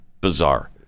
bizarre